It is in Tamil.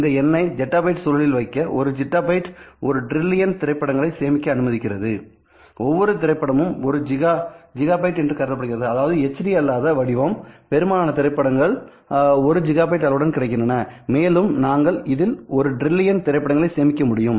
இந்த எண்ணை ஜெட்டாபைட் சூழலில் வைக்க 1 ஜீட்டாபைட் ஒரு டிரில்லியன் திரைப்படங்களை சேமிக்க அனுமதிக்கிறது ஒவ்வொரு திரைப்படமும் 1 ஜிகாபைட் என்று கருதப்படுகிறது அதாவது எச்டி அல்லாத வடிவம் பெரும்பாலான திரைப்படங்கள் 1 ஜிகாபைட் அளவுடன் கிடைக்கின்றன மேலும் நீங்கள் இதில் ஒரு டிரில்லியன் திரைப்படங்களை சேமிக்க முடியும்